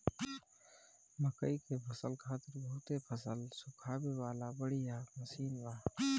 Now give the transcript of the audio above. मकई के फसल खातिर बहुते फसल सुखावे वाला बढ़िया मशीन बा